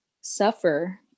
suffer